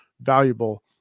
valuable